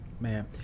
Man